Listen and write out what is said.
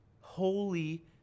Holy